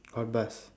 what bus